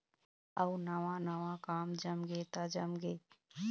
अउ नवा नवा काम जमगे त जमगे